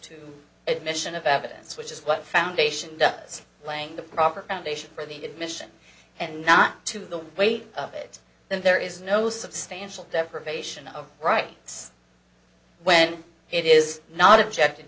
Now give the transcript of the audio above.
to admission of evidence which is what foundation does laying the proper foundation for the admission and not to the weight of it then there is no substantial deprivation of rights when it is not object